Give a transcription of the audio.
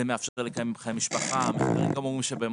זה מאפשר לקיים חיי משפחה ויש סבירות